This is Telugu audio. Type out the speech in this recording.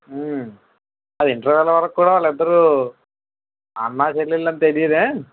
ఆ ఇంటర్వెల్ వరకు కూడా వాళ్ళిద్దరూ అన్నా చెల్లెళ్ళు అని తెలీదేం